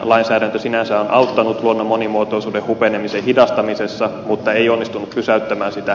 lainsäädäntö sinänsä on auttanut luonnon monimuotoisuuden hupenemisen hidastamisessa mutta ei onnistunut pysäyttämään sitä